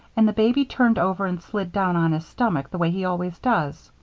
and the baby turned over and slid down on his stomach the way he always does.